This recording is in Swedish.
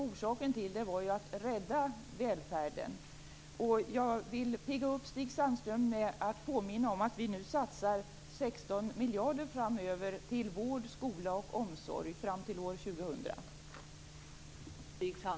Orsaken var ju att rädda välfärden. Jag vill pigga upp Stig Sandström med att påminna om att vi nu satsar 16 miljarder till vård, skola och omsorg fram till år 2000.